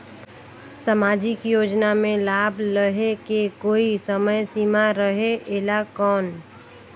समाजिक योजना मे लाभ लहे के कोई समय सीमा रहे एला कौन?